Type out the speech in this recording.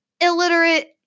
illiterate